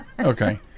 Okay